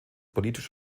politisch